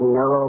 no